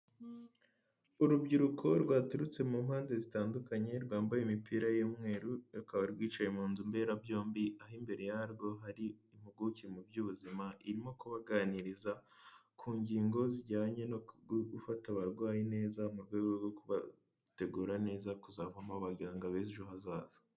Urubyiruko rwaturutse mu mpande zitandukanye rwambaye imipira y'umweru, rukaba rwicaye mu nzu mberabyombi aho imbere yarwo hari impuguke mu by'ubuzima irimo kubaganiriza ku ngingo zijyanye no gufata abarwayi neza, mu rwego rwo kubategura neza kuzavamo abaganga b'ejo hazaza.